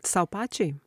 sau pačiai